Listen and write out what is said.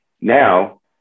Now